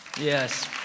Yes